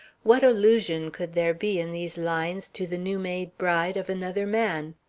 what allusion could there be in these lines to the new-made bride of another man?